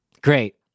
Great